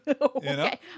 Okay